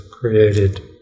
created